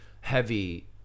heavy